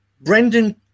Brendan